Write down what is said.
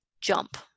jump